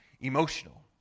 emotional